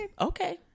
okay